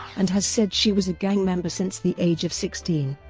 and has said she was a gang member since the age of sixteen.